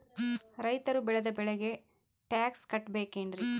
ರೈತರು ಬೆಳೆದ ಬೆಳೆಗೆ ಟ್ಯಾಕ್ಸ್ ಕಟ್ಟಬೇಕೆನ್ರಿ?